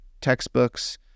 textbooks